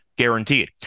Guaranteed